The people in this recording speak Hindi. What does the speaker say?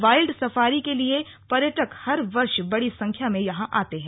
वाइल्ड सफारी के लिए पर्यटक हर वर्ष बड़ी संख्या में यहां आते हैं